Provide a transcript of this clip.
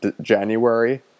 January